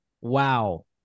Wow